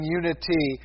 unity